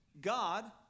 God